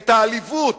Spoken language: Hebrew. את העליבות